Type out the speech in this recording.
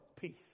peace